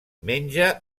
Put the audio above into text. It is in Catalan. menja